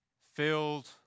filled